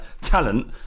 talent